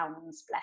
bless